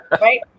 Right